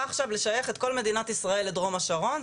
עכשיו לשייך את כל מדינת ישראל לדרום השרון,